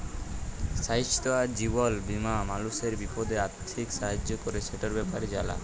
স্বাইস্থ্য আর জীবল বীমা মালুসের বিপদে আথ্থিক সাহায্য ক্যরে, সেটর ব্যাপারে জালা